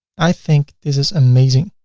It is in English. i think this is amazing.